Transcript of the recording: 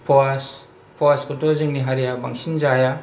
सिक'स सिक'सखौथ' जोंनि हारिया बांसिन जाया